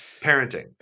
parenting